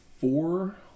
four